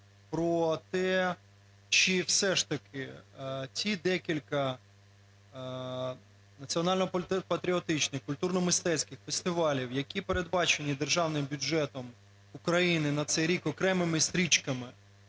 про те, чи все ж таки ті декілька національно-патріотичних, культурно-мистецьких фестивалів, які передбачені державним бюджетом України на цей рік окремими стрічками,